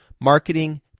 marketing